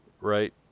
Right